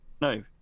no